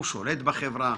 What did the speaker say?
הוא שולט בחברה.